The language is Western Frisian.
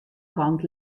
kant